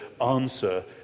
answer